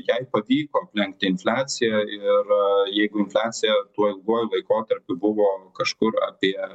jai pavyko aplenkti infliaciją ir jeigu infliacija tuo ilguoju laikotarpiu buvo kažkur apie